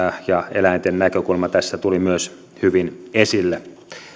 ja eläinten näkökulma tässä tuli myös hyvin esille